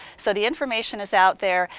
so the information is out there,